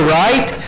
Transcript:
right